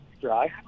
dry